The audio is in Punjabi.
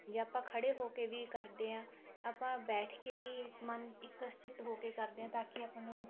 ਜੇ ਆਪਾਂ ਖੜੇ ਹੋ ਕੇ ਵੀ ਕਰਦੇ ਹਾਂ ਆਪਾਂ ਬੈਠ ਕੇ ਵੀ ਮਨ ਇੱਕ ਚਿੱਤ ਹੋ ਕੇ ਕਰਦੇ ਹਾਂ ਤਾਂ ਕਿ ਆਪਾਂ ਨੂੰ